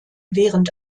während